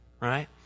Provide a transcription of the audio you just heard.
right